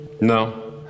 No